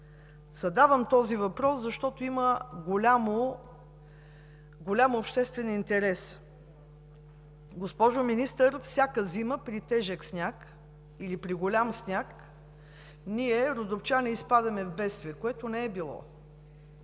Задавам този въпрос, защото има голям обществен интерес. Госпожо Министър, всяка зима при тежък, при голям сняг ние, родопчани, изпадаме в бедствие, което не е било.